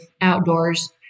outdoors